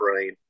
brain